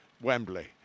Wembley